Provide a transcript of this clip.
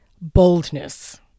boldness